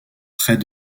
près